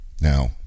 Now